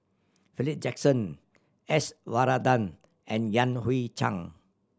Philip Jackson S Varathan and Yan Hui Chang